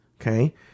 Okay